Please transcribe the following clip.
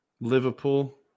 Liverpool